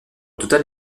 total